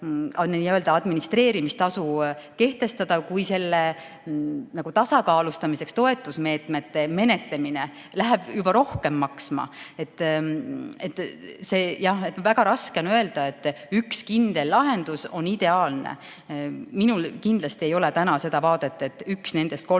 administreerimistasu kehtestada, kui selle tasakaalustamiseks toetusmeetmete menetlemine läheb juba rohkem maksma. Jah, väga raske on öelda, et üks kindel lahendus on ideaalne. Minul kindlasti ei ole täna seda vaadet, et üks nendest kolmest